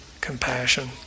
compassion